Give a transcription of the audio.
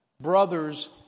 brothers